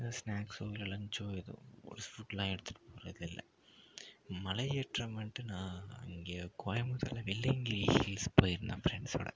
ஏதா ஸ்நாக்ஸோ இல்லை லன்ச்சோ ஏதோ ஒரு ஃபுட்லாம் எடுத்துகிட்டு போகறது இல்லை மலையேற்றம் வந்துவிட்டு நான் இங்கே கோயம்புத்தூரில் வெள்ளைங்கிரி ஹீல்ஸ் போயிருந்தேன் ஃப்ரெண்ட்ஸோட